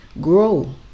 grow